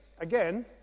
again